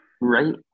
right